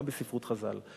גם בספרות חז"ל,